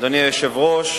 אדוני היושב-ראש,